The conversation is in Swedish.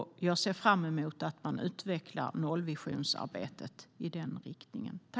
Jag ser fram emot att man utvecklar nollvisionsarbetet i den riktningen.